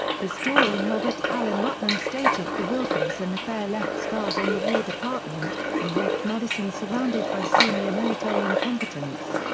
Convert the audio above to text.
historian robert allen rutland stated the wilkinson affair left scars on the war department and left madison surrounded by senior military incompetents.